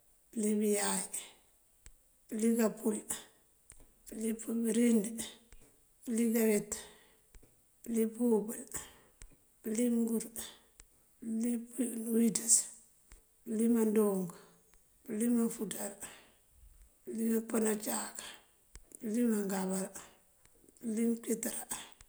Pёlí biyáay, pёlí kapύul, pёlí pibёrid, pёlí kaweet, pёlí pёwёbёl, pёlí mёngur, pёlí bёwiţёs, pёlí mandúunk, pёlí manfuţar, pёlí pёpёn ucáak, pёlí mangámbar, pёlí mёnkitёrá.